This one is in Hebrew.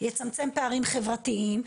יצמצם פערים חברתיים,